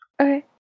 Okay